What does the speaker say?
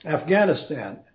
Afghanistan